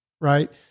right